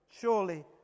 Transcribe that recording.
surely